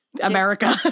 America